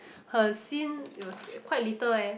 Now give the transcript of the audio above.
her scene it was quite little eh